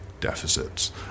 deficits